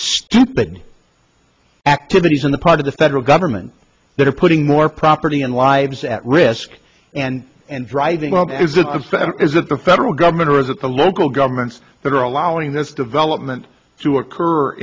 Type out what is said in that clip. stupid activities on the part of the federal government that are putting more property and lives at risk and and driving is upset is that the federal government or is it the local governments that are allowing this development to occur